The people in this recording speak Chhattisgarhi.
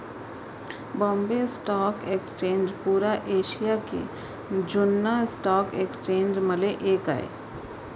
बॉम्बे स्टॉक एक्सचेंज पुरा एसिया के जुन्ना स्टॉक एक्सचेंज म ले एक आय